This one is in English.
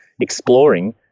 exploring